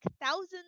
thousands